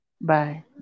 Bye